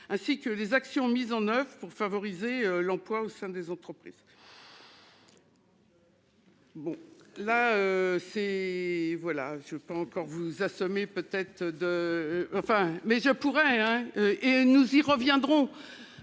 Ainsi que les actions mises en oeuvre pour favoriser l'emploi au sein des entreprises.